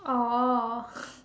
oh